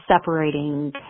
separating